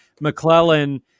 McClellan